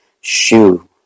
shoe